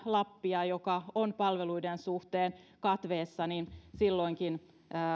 lappia joka on palveluiden suhteen katveessa niin